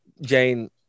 Jane